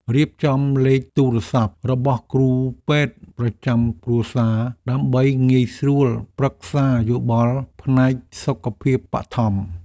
រៀបចំលេខទូរស័ព្ទរបស់គ្រូពេទ្យប្រចាំគ្រួសារដើម្បីងាយស្រួលប្រឹក្សាយោបល់ផ្នែកសុខភាពបឋម។